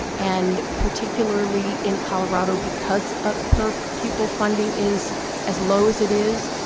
and particularly in colorado, because ah per pupil funding is as low as it is,